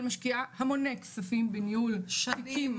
משקיעה המון כספים ומשאבים --- שנים,